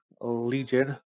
Legion